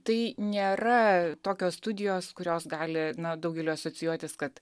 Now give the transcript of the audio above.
tai nėra tokios studijos kurios gali na daugeliui asocijuotis kad